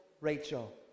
Rachel